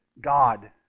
God